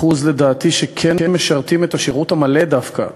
לדעתי, שכן משרתים את השירות המלא דווקא,